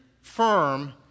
firm